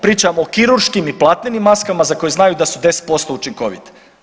Pričam o kirurškim i platnenim maskama za koje znamo da su 10% učinkovite.